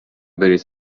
بریز